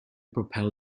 propel